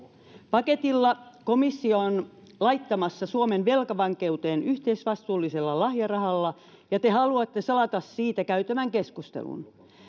paketilla komissio on laittamassa suomen velkavankeuteen yhteisvastuullisella lahjarahalla ja te haluatte salata siitä käytävän keskustelun